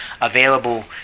available